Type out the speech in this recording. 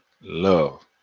love